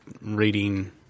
reading